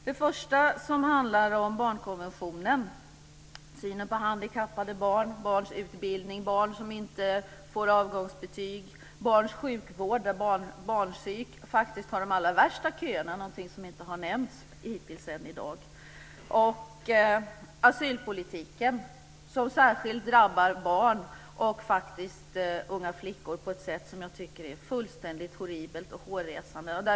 Den första handlar om barnkonventionen: synen på handikappade barn, barns utbildning, barn som inte får avgångsbetyg, barns sjukvård - det är faktiskt barnpsyk som har de allra värsta köerna, någonting som hittills inte har nämnts i dag - och asylpolitiken, som särskilt drabbar barn och unga flickor på ett sätt som jag tycker är fullständigt horribelt och hårresande.